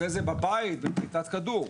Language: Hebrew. אחרי זה בבית מפליטת כדור?